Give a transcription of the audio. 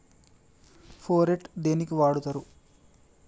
Phorate దేనికి వాడుతరు?